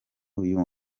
uyu